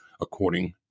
according